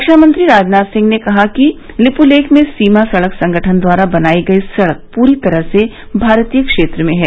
रक्षा मंत्री राजनाथ सिंह ने कहा है कि लिपुलेख में सीमा सड़क संगठन द्वारा बनाई गई सड़क पूरी तरह से भारतीय क्षेत्र में है